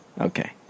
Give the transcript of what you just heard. Okay